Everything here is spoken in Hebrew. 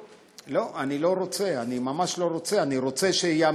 לא, אני לא רוצה, אני ממש לא רוצה, אני